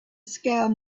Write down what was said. scale